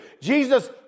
Jesus